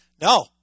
No